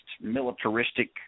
militaristic